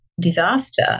Disaster